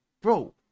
bro